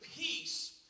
peace